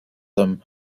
them